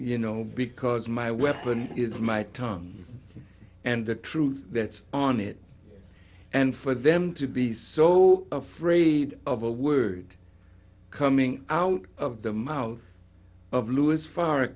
you know because my weapon is my tongue and the truth that's on it and for them to be so afraid of a word coming out of the mouth of louis f